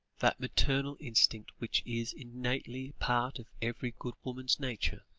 that maternal instinct which is innately part of every good woman's nature,